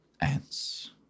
ants